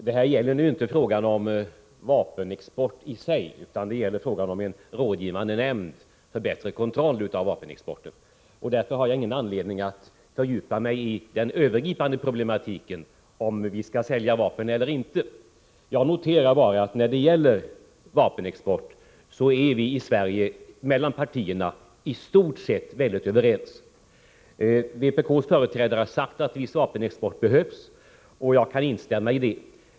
Herr talman! Det är inte fråga om vapenexport i sig, utan det är fråga om en rådgivande nämnd för bättre kontroll av vapenexport. Därför har jag ingen anledning att fördjupa mig i den övergripande problematiken om vi skall sälja vapen eller inte. Jag noterar bara att partierna i Sverige i stort sett är överens när det gäller vår vapenexport. Vpk:s företrädare har sagt att viss vapenexport behövs, och jag kan instämma i det.